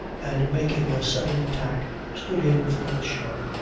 and making a sudden tack stood in for the shore,